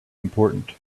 important